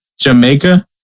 Jamaica